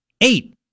Eight